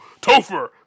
Topher